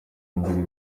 imbere